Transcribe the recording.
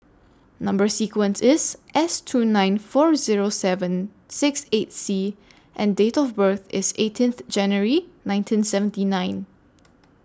Number sequence IS S two nine four Zero seven six eight C and Date of birth IS eighteenth January nineteen seventy nine